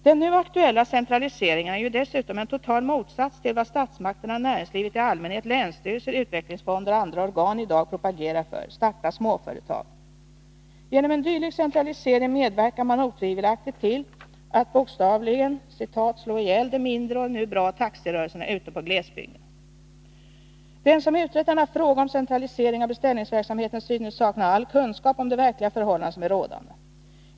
——-- Den nu aktuella centraliseringen är ju dessutom en total motsats till vad statsmakterna, näringslivet i allmänhet, länsstyrelser, utvecklingsfonder och andra organ i dag propagerar för: ”Starta småföretag”. Genom en dylik centralisering medverkar man otvivelaktigt till att bokstavligen ”slå ihjäl” de mindre och nu bra taxirörelserna ute i glesbygderna. ——- Den som utrett denna fråga om centralisering av beställningsverksamheten synes sakna all kunskap om de verkliga förhållanden som är rådande.